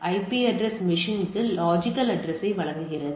IP address மெஷின்க்கு logical அட்ரஸ்யை வழங்குகிறது